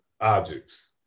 objects